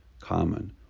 common